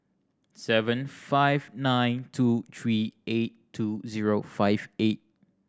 seven five nine two three eight two zero five eight